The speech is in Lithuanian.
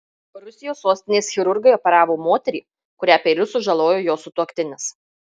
rusijos sostinės chirurgai operavo moterį kurią peiliu sužalojo jos sutuoktinis